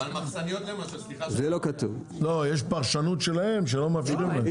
לא, יש פרשנות שלהם שלא מאפשרים להם.